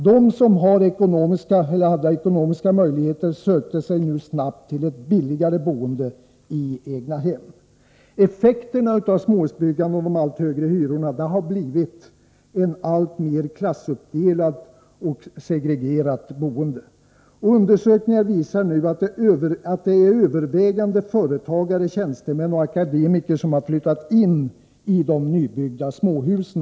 De som hade ekonomiska möjligheter sökte sig snabbt till ett bättre boende i egnahem. Effekterna av småhusbyggandet och de allt högre hyrorna har blivit ett alltmer klassuppdelat och segregerat boende. Undersökningar visar nu att det övervägande är företagare, tjänstemän och akademiker som flyttat in i de nybyggda småhusen.